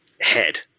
head